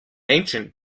ancient